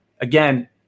again